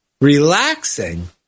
relaxing